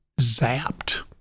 zapped